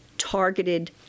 targeted